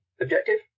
objective